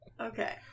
Okay